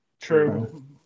True